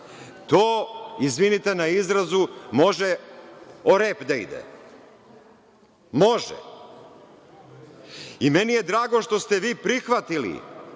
to, izvinite na izrazu, može o rep da ide. Meni je drago što ste vi prihvatili